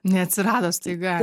neatsirado staiga